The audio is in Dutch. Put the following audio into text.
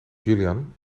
julian